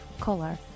Kolar